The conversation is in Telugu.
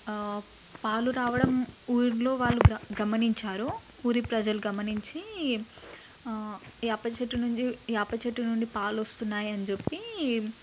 పాలు రావడం ఊర్లో వాళ్ళు గమనించారు ఊరి ప్రజలు గమనించి వేప చెట్టు నుంచి వేప చెట్టు నుండి పాలు వస్తున్నాయని చెప్పి